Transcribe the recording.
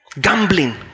gambling